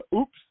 Oops